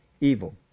evil